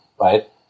right